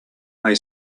may